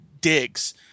digs